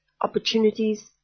Opportunities